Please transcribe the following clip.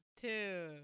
two